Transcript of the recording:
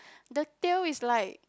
the tail is like